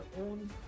own